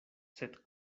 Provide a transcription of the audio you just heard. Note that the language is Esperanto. sed